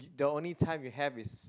the only time you have is